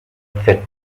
faites